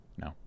No